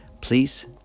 Please